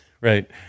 right